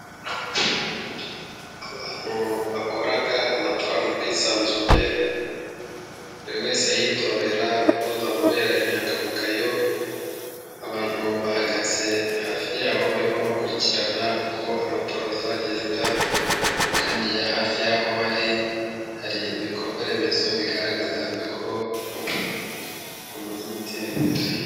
Abantu bakora amatora mu bwisanzure buri wese yitorera uzamubera inyangamugayo, abantu bahagaze hafi yabo barimo bakurikirana uko amatora azagenda, kandi ya hafi y'aho bari hari ibikorwa remezo bigaragaza ko bamaze gutera imbere.